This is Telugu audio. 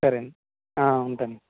సరే అండి ఉంటాను